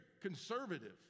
conservative